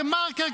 דה-מרקר,